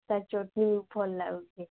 ତା ଚଟଣୀ ଭଲ ଲାଗୁଛି